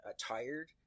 tired